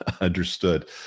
understood